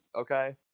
okay